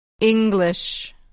English